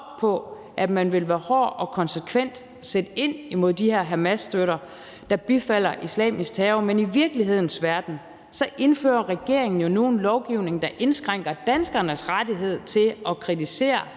på at ville være hård og konsekvent, sætte ind imod de her Hamasstøtter, der bifalder islamisk terror, men i virkelighedens verden indfører regeringen nu en lovgivning, der indskrænker danskernes rettighed til at kritisere